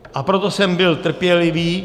A proto jsem byl trpělivý.